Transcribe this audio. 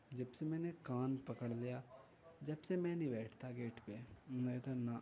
جب سے میں نے کان پکڑ لیا جب سے میں نہیں بیٹھتا گیٹ پہ نہیں تو نا